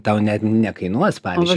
tau net nekainuos pavyzdžiui